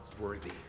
worthy